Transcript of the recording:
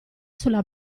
sulla